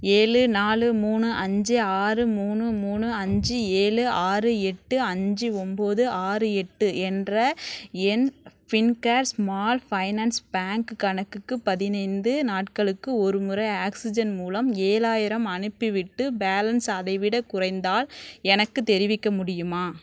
ஏழு நாலு மூணு அஞ்சு ஆறு மூணு மூணு அஞ்சு ஏழு ஆறு எட்டு அஞ்சு ஒம்போது ஆறு எட்டு என்ற என் ஃபின்கேர் ஸ்மால் ஃபைனான்ஸ் பேங்க் கணக்குக்கு பதினைந்து நாட்களுக்கு ஒருமுறை ஆக்ஸிஜன் மூலம் ஏழாயிரம் அனுப்பிவிட்டு பேலன்ஸ் அதைவிடக் குறைந்தால் எனக்குத் தெரிவிக்க முடியுமா